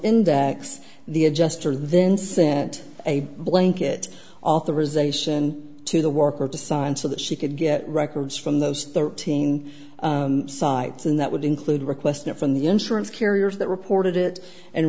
index the adjuster then sent a blanket authorization to the worker to sign so that she could get records from those thirteen sites and that would include requests from the insurance carriers that reported it and